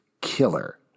killer